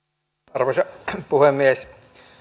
arvoisa puhemies